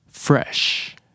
Fresh